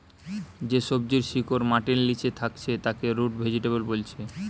যে সবজির শিকড় মাটির লিচে থাকছে তাকে রুট ভেজিটেবল বোলছে